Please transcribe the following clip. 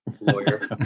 lawyer